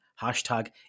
hashtag